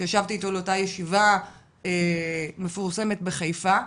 שישבתי איתו לאותה ישיבה מפורסמת בחיפה,